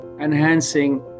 enhancing